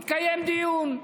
התקיים דיון.